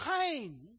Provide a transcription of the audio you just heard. Pain